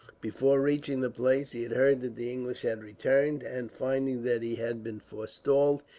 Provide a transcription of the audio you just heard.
before reaching the place, he had heard that the english had returned and, finding that he had been forestalled,